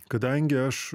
kadangi aš